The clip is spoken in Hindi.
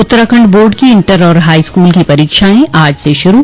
उत्तराखण्ड बोर्ड की इण्टर और हाई स्कूल की परीक्षाएं आज से शुरू